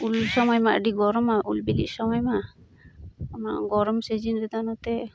ᱩᱱ ᱥᱚᱢᱚᱭ ᱢᱟ ᱟᱹᱰᱤ ᱜᱚᱨᱚᱢᱟ ᱩᱞ ᱵᱤᱞᱤᱜ ᱥᱚᱢᱚᱭ ᱢᱟ ᱚᱱᱟ ᱜᱚᱨᱚᱢ ᱥᱤᱡᱤᱱ ᱨᱮᱫᱚ ᱚᱱᱟᱛᱮ